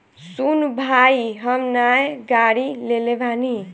सुन भाई हम नाय गाड़ी लेले बानी